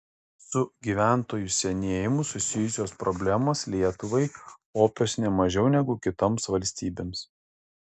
su gyventojų senėjimu susijusios problemos lietuvai opios ne mažiau negu kitoms valstybėms